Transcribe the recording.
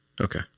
Okay